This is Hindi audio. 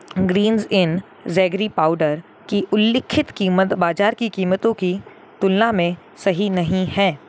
ग्रींज इन जेगरी पाउडर की उल्लिखित कीमत बाज़ार की कीमतों की तुलना में सही नहीं है